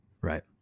Right